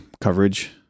coverage